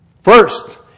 first